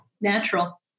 natural